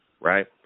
right